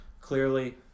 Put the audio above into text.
Clearly